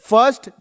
First